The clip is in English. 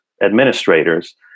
administrators